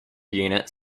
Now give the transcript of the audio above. unit